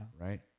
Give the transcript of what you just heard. Right